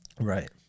Right